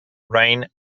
rain